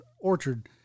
orchard